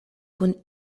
kun